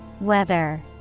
Weather